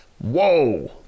whoa